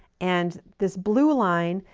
and this blue line,